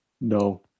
No